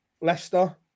Leicester